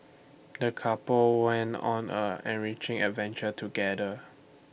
the couple went on an enriching adventure together